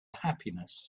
happiness